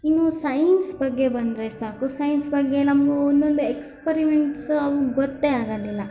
ಇನ್ನು ಸೈನ್ಸ್ ಬಗ್ಗೆ ಬಂದರೆ ಸಾಕು ಸೈನ್ಸ್ ಬಗ್ಗೆ ನಮಗೆ ಒಂದೊಂದು ಎಕ್ಸ್ಪರಿಮೆಂಟ್ಸ್ ಅವು ಗೊತ್ತೆ ಆಗೋದಿಲ್ಲ